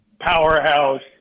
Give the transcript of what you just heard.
powerhouse